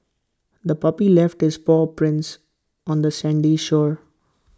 the puppy left its paw prints on the sandy shore